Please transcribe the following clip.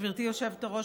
גברתי היושבת-ראש,